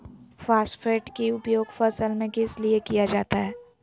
Phosphate की उपयोग फसल में किस लिए किया जाता है?